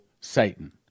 Satan